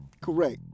Correct